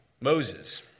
Moses